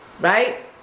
right